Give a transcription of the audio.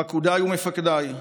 פקודיי ומפקדיי,